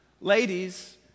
Ladies